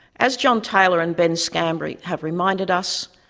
as john taylor and ben scambary have reminded us,